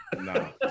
No